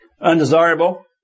undesirable